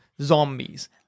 zombies